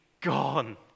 gone